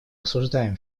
осуждаем